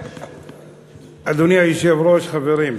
אדוני היושב-ראש, חברים,